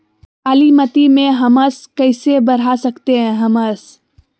कालीमती में हमस कैसे बढ़ा सकते हैं हमस?